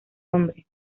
hombre